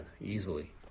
easily